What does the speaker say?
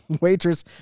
waitress